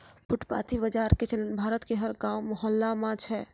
फुटपाती बाजार के चलन भारत के हर गांव मुहल्ला मॅ छै